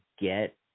get